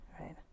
right